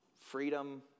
freedom